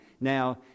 Now